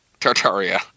Tartaria